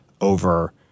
over